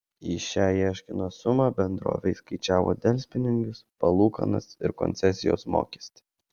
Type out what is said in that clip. į šią ieškinio sumą bendrovė įskaičiavo delspinigius palūkanas ir koncesijos mokestį